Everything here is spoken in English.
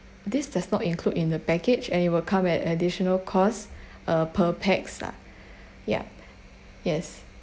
this does not include in the package and it'll will come at additional costs uh per pax lah yup yes